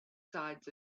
sides